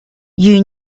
you